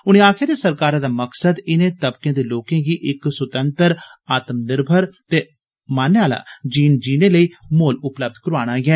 उने आक्खेआ जे सरकारै दा मकसद इने तबके दे लोकें गी इक सुत्तैंतर आत्म निर्मर ते मानै आह्ला जीन जीने लेई माहौल उपलब्ध करोआना ऐ